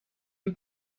you